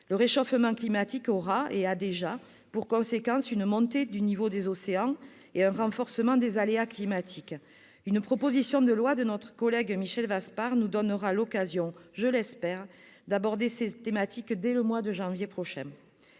Le réchauffement climatique aura pour conséquence- c'est déjà le cas -une montée du niveau des océans et un renforcement des aléas climatiques. L'examen d'une proposition de loi de notre collègue Michel Vaspart nous donnera l'occasion, je l'espère, d'aborder ces thématiques dès le mois de janvier prochain.